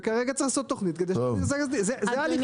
וכרגע צריך לעשות תוכנית כדי --- זה ההליך התכנוני.